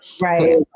right